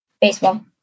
Baseball